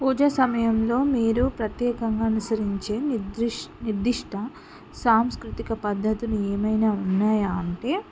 పూజ సమయంలో మీరు ప్రత్యేకంగా అనుసరించే నిద్రిష్ట నిర్దిష్ట సాంస్కృతిక పద్ధతులు ఏమైనా ఉన్నాయా అంటే